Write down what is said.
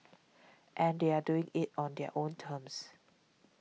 and they are doing it on their own terms